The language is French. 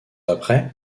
après